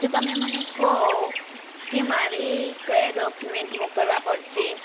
તો તમે મને કહો કે મારે કયા ડોક્યુમેન્ટ મોકલવા પડશે